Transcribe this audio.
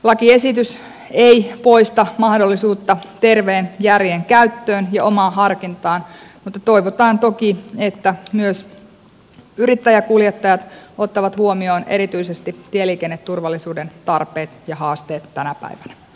lakiesitys ei poista mahdollisuutta terveen järjen käyttöön ja omaan harkintaan mutta toivotaan toki että myös yrittäjäkuljettajat ottavat huomioon erityisesti tieliikenneturvallisuuden tarpeet ja haasteet tänä päivänä